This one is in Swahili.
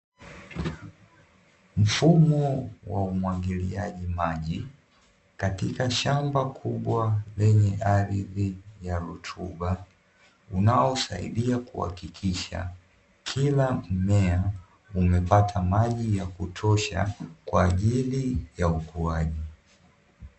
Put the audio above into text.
Mfumo wa umwagiliaji maji katika shamba kubwa lenye ardhi ya rutuba, unaosaidia kuhakikisha kila mmea umepata maji ya kutosha kwa ajili ya ukuaji.